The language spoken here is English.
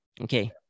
okay